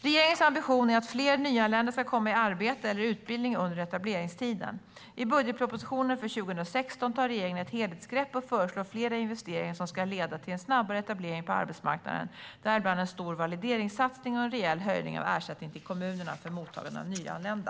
Regeringens ambition är att fler nyanlända ska komma i arbete eller utbildning under etableringstiden. I budgetpropositionen för 2016 tar regeringen ett helhetsgrepp och föreslår flera investeringar som ska leda till en snabbare etablering på arbetsmarknaden, däribland en stor valideringssatsning och en rejäl höjning av ersättningen till kommunerna för mottagande av nyanlända.